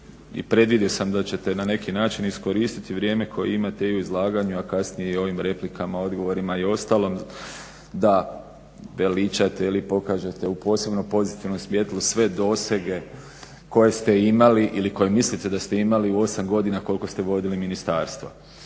i predvidio sam da ćete na neki način iskoristiti vrijeme koje imate i u izlaganju, a kasnije i u ovim replikama, odgovorima i ostalom da veličate ili pokažete u posebno pozitivnom svjetlu sve dosege koje ste imali ili koje mislite da ste imali u 8 godina koliko ste vodili ministarstvo.